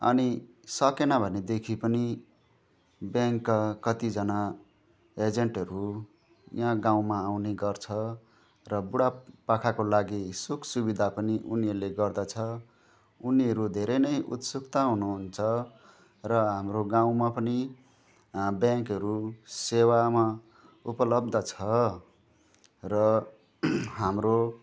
अनि सकेन भनेदेखि पनि ब्याङ्कका कतिजना एजेन्टहरू यहाँ गाउँमा आउने गर्छ र बुढापाकाको लागि सुखसुविधा पनि उनीहरूले गर्दछ उनीहरू धेरै नै उत्सुकता हुनुहुन्छ र हाम्रो गाउँमा पनि ब्याङ्कहरू सेवामा उपलब्ध छ र हाम्रो